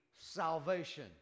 salvation